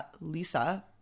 Lisa